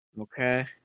Okay